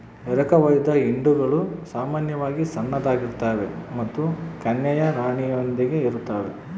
ಎರಕಹೊಯ್ದ ಹಿಂಡುಗಳು ಸಾಮಾನ್ಯವಾಗಿ ಸಣ್ಣದಾಗಿರ್ತವೆ ಮತ್ತು ಕನ್ಯೆಯ ರಾಣಿಯೊಂದಿಗೆ ಇರುತ್ತವೆ